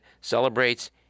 celebrates